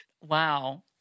Wow